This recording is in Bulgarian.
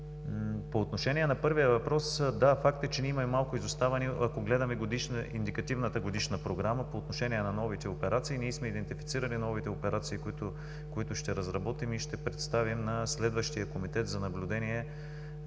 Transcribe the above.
По отношение на първия въпрос – да, факт е, че ние имаме малко изоставане, ако гледаме Индикативната годишна програма по отношение на новите операции. Ние сме идентифицирали новите операции, които ще разработим и ще представим на следващия Комитет за наблюдение